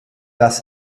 das